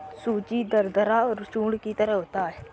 सूजी दरदरा चूर्ण की तरह होता है